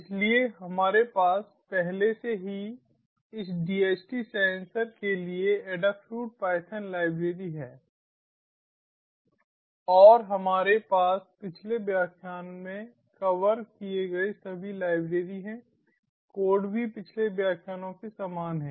इसलिए हमारे पास पहले से ही इस DHT सेंसर के लिए ऐडाफ्रूट पायथन लाइब्रेरी है और हमारे पास पिछले व्याख्यान में कवर किए गए सभी लाइब्रेरी हैं कोड भी पिछले व्याख्यानों के समान है